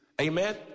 Amen